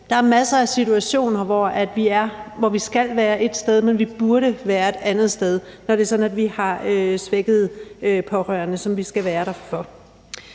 Der er masser af situationer, hvor vi skal være et sted, men burde være et andet sted, når det er sådan, at vi har svækkede pårørende, som vi skal være der for.